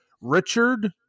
richard